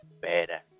better